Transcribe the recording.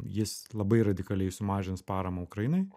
jis labai radikaliai sumažins paramą ukrainai